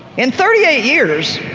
in thirty eight years,